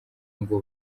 ngo